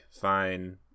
fine